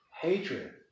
hatred